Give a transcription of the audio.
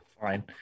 Fine